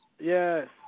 Yes